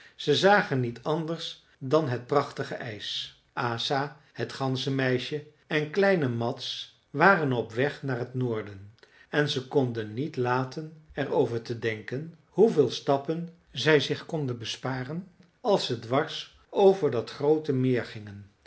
ze zagen niet anders dan het prachtige ijs asa het ganzenmeisje en kleine mads waren op weg naar het noorden en ze konden niet laten er over te denken hoeveel stappen zij zich konden besparen als ze dwars over dat groote meer gingen